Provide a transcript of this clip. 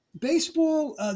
baseball –